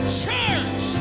church